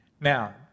Now